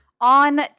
on